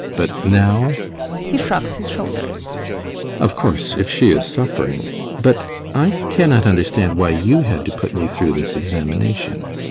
but now he shrugs his shoulders of course, if she is suffering but i cannot understand why you had to put me through this examination.